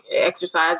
exercise